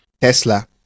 Tesla